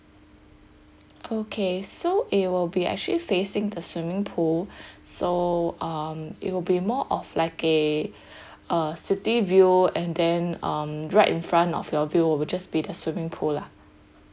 okay so it will be actually facing the swimming pool so um it will be more of like a a city view and then um right in front of your view will just be the swimming pool lah